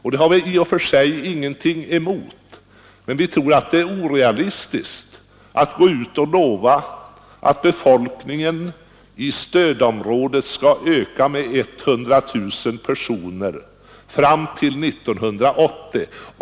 Det har vi i och för sig ingenting emot, men vi tror att det är helt orealistiskt att gå ut och lova att befolkningen i stödområdet skall öka med 100 000 personer fram till 1980.